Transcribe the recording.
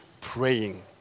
praying